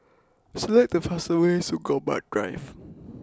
select the fastest way to Gombak Drive